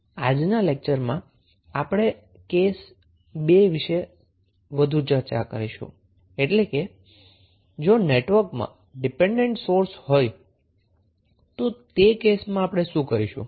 આજના કલાસમાં આપણે કેસ 2 વિશે વધુ ચર્ચા કરીશું એટલે કે જો નેટવર્કમાં ડિપેન્ડન્ટ સોર્સ હોય તો તે કેસમાં આપણે શું કરીશું